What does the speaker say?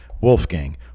Wolfgang